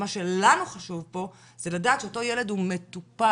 ומה שלנו חשוב פה זה לדעת שאותו ילד הוא מטופל,